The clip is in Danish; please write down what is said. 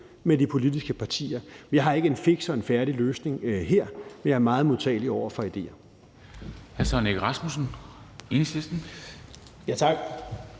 med de politiske partier. Jeg har ikke en fiks og færdig løsning her, men jeg er meget modtagelig over for idéer.